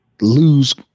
lose